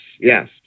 yes